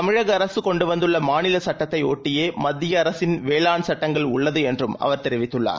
தமிழகஅரசுகொண் டுவந்துள்ளமாநிலசட்டத்தைஒட்டியே மத்தியஅரசின்வேளாண்சட்டங்கள்உள்ளதுஎன்றும்அவர்தெரிவித்துள்ளார்